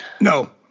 No